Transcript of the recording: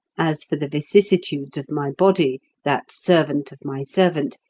as for the vicissitudes of my body, that servant of my servant,